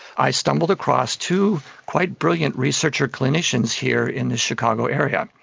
i stumbled across two quite brilliant researcher clinicians here in the chicago area.